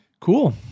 Cool